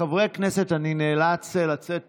חברי הכנסת, אני נאלץ לצאת